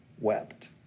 wept